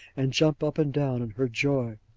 and jump up and down in her joy.